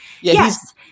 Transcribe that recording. Yes